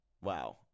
Wow